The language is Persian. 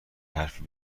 حرفی